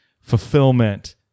fulfillment